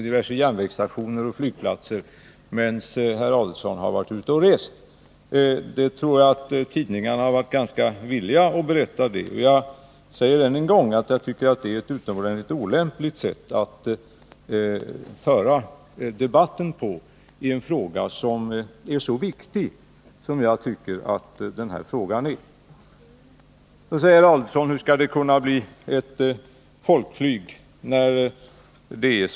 Det är ju bara SAS tre inrikeslinjer som går från Arlanda. Det övriga inrikesflyget utgår ju från Bromma.